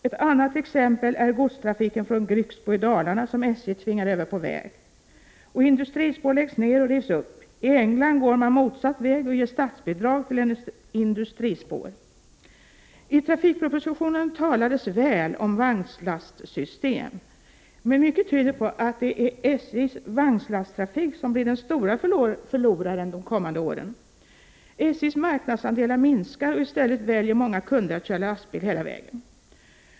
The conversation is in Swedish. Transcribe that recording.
Ett annat exempel är godstrafiken från Grycksbo i Dalarna som SJ tvingade över på väg. Och industrispår läggs ned och rivs upp. I England går man motsatt väg och ger statsbidrag till industrispår. I trafikpropositionen talades det väl om vagnslastsystem. Men mycket tyder på att det är SJ:s vagnslasttrafik som blir den stora förloraren under de kommande åren. SJ:s marknadsandelar minskar, och i stället väljer många kunder lastbilstransport hela vägen.